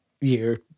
year